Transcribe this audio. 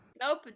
Nope